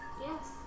Yes